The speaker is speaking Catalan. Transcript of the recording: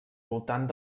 voltant